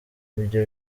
ibyo